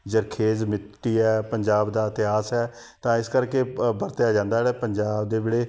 ਜਰਖੇਜ਼ ਮਿੱਟੀ ਹੈ ਪੰਜਾਬ ਦਾ ਇਤਿਹਾਸ ਹੈ ਤਾਂ ਇਸ ਕਰਕੇ ਵਰਤਿਆ ਜਾਂਦਾ ਜਿਹੜਾ ਪੰਜਾਬ ਦੇ ਵਿਹੜੇ